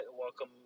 welcome